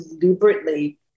deliberately